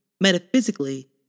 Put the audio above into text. Metaphysically